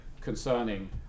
concerning